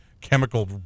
chemical